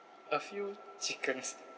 a few chickens